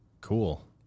cool